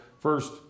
first